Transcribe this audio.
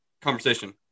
conversation